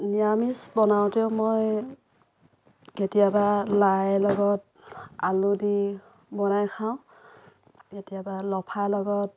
নিৰামিষ বনাওঁতেও মই কেতিয়াবা লাইৰ লগত আলু দি বনাই খাওঁ কেতিয়াবা লফা লগত